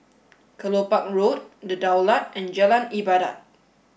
Kelopak Road The Daulat and Jalan Ibadat